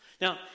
Now